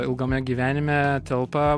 ilgame gyvenime telpa